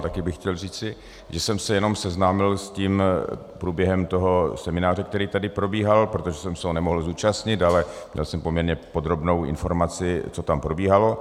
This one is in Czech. Taky bych chtěl říci, že jsem se jenom seznámil s průběhem toho semináře, který tady probíhal, protože jsem se ho nemohl zúčastnit, ale měl jsem poměrně podrobnou informaci, co tam probíhalo.